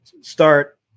start